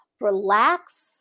relax